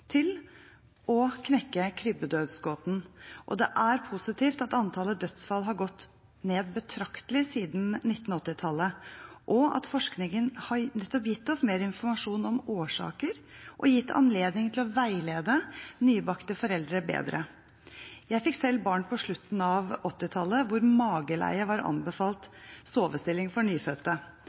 til å knekke krybbedødsgåten. Det er positivt at antallet dødsfall har gått betraktelig ned siden 1980-tallet. Forskningen har nettopp gitt oss mer informasjon om årsaker og har gitt oss anledning til å veilede nybakte foreldre bedre. Jeg fikk selv barn på slutten av 1980-tallet, da mageleie var anbefalt sovestilling for nyfødte.